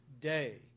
day